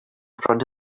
front